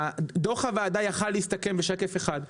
דוח הוועדה יכול להסתכם בשקף אחד,